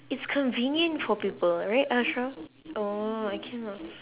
it's convenient for people right ashra oh I cannot